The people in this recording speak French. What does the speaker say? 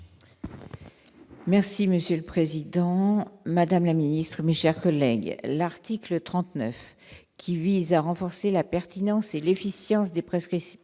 Merci Monsieur le Président, Madame la Ministre, mis, chers collègues, l'article 39 qui vise à renforcer la pertinence et l'efficience des prescriptions